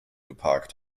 geparkt